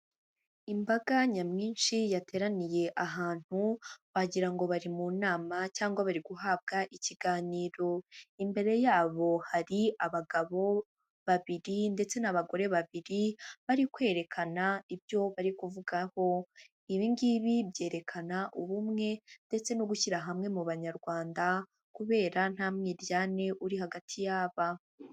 Imbaga nyamwinshi yateraniye ahantu wagira ngo bari mu nama cyangwa bari guhabwa ikiganiro, imbere yabo hari abagabo babiri ndetse n'abagore babiri bari kwerekana ibyo bari kuvugaho. Ibi ngibi byerekana ubumwe ndetse no gushyira hamwe mu banyarwanda kubera nta mwiryane uri hagati y'aba.